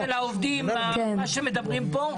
מציע שאת הכשירות של העובדים מה שמדברים פה,